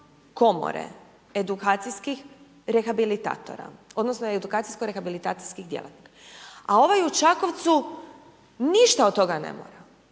Komore, edukacijskih rehabilitatora odnosno edukacijsko rehabilitacijskih djelatnika. A ovaj u Čakovcu, ništa od toga ne mora,